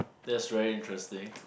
that's very interesting